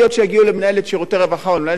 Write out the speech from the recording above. רווחה או למנהל שירותי רווחה בעירייה,